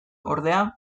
ordea